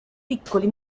piccoli